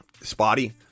spotty